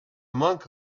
monk